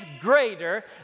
greater